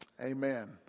Amen